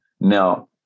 Now